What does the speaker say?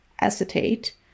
acetate